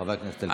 חבר הכנסת אלקין.